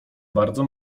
bardzo